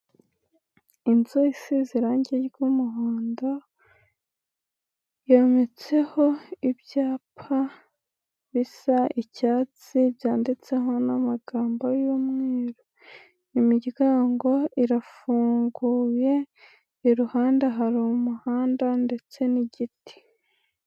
Inzu isize irangi ry'umuhondo yometseho ibyapa bisa icyatsi byanditseho n'amagambo y'umweru, imiryango irafunguye, iruhande hari umuhanda ndetse n'igiti.